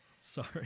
Sorry